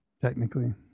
Technically